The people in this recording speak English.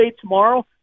tomorrow